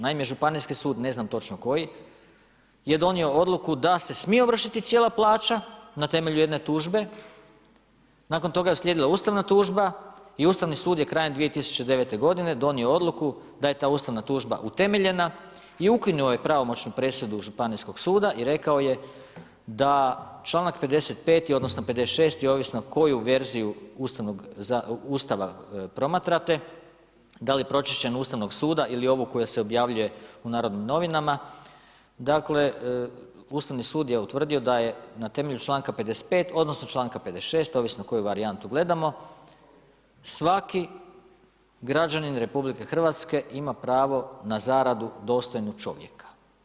Naime Županijski sud, ne znam točno koji je donio odluku da se smije ovršiti cijela plaća na temelju jedne tužbe, nakon toga je uslijedila ustavna tužba i Ustavni sud je krajem 2009. godine donio odluku da je ta ustavna tužba utemeljena i ukinuo je pravomoćnu presudu Županijskog suda i rekao je da članak 55. odnosno 56. ovisno koju verziju Ustava promatrate, da li pročišćenu Ustavnog suda ili ovu koja se objavljuje u NN, dakle Ustavni sud je utvrdio da je na temelju članka 55. odnosno članka 56., ovisno koju varijantu gledamo, svaki građanin RH ima pravo na zaradu dostojnu čovjeka.